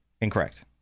Incorrect